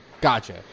Gotcha